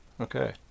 Okay